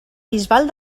bisbal